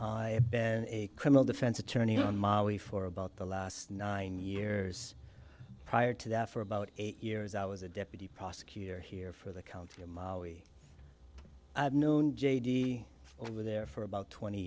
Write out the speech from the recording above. i've been a criminal defense attorney on my way for about the last nine years prior to that for about eight years i was a deputy prosecutor here for the county or my known j d over there for about twenty